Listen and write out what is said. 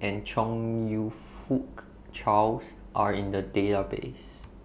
and Chong YOU Fook Charles Are in The Database